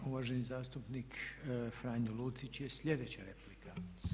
Uvaženi zastupnik Franjo Lucić je sljedeća replika.